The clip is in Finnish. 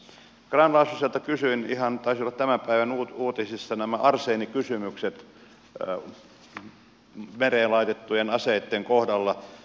grahn laasoselta kysyin ihan taisivat olla tämän päivän uutisissa nämä arseenikysymykset mereen laitettujen aseitten kohdalla